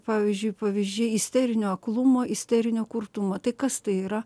pavyzdžiui pavyzdžiai isterinio aklumo isterinio kurtumo tai kas tai yra